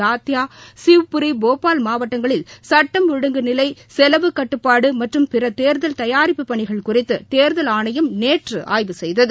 தாத்தியா ஷிவ்புரி போபால் மாவட்டங்களில் சுட்டம் ஒழுங்கு நிலை செலவுக்கட்டுபாடு மற்றும் பிறதேர்தல் தயாரிப்பு பணிகள் குறித்துதேர்தல் ஆணையம் நேற்றுஆய்வு செய்தது